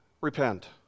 repent